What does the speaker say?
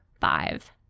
five